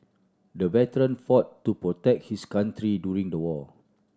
the veteran fought to protect his country during the war